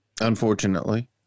Unfortunately